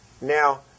now